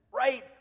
Right